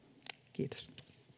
kiitos